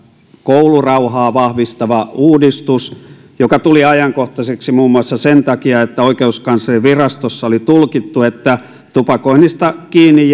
koulurauhaa vahvistava uudistus joka tuli ajankohtaiseksi muun muassa sen takia että oikeuskanslerinvirastossa oli tulkittu että tupakoinnista kiinni